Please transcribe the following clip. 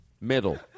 middle